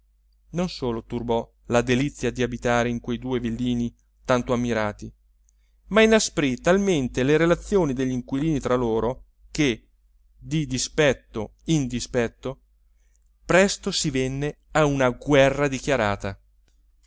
non solo turbò la delizia di abitare in quei due villini tanto ammirati ma inasprì talmente le relazioni degli inquilini tra loro che di dispetto in dispetto presto si venne a una guerra dichiarata